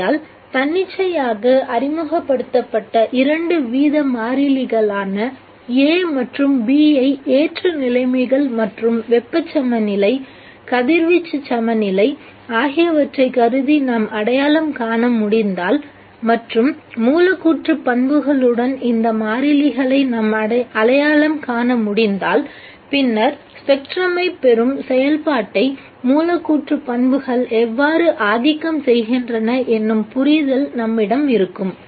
ஆகையால் தன்னிச்சையாக அறிமுகப்படுத்தப்பட்ட இரண்டு வீத மாறிலிகளான A மற்றும் B ஐ ஏற்ற நிலைமைகள் மற்றும் வெப்பச் சமநிலை கதிர்வீச்சு சமநிலை ஆகியவற்றை கருதி நாம் அடையாளம் காண முடிந்தால் மற்றும் மூலக்கூற்று பண்புகளுடன் இந்த மாறிலிகளை நாம் அடையாள காண முடிந்தால் பின்னர் ஸ்பெக்ட்ரமை பெறும் செயல்பாட்டை மூலக்கூற்று பண்புகள் எவ்வாறு ஆதிக்கம் செய்கின்றன என்னும் புரிதல் நம்மிடம் இருக்கும்